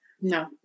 No